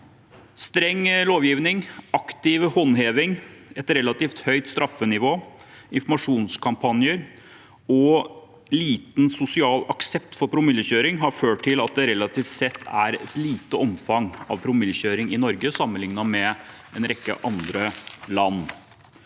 Streng lovgivning, aktiv håndheving, et relativt høyt straffenivå, informasjonskampanjer og liten sosial aksept for promillekjøring har ført til at det relativt sett er et lite omfang av promillekjøring i Norge sammenlignet med en rekke andre land.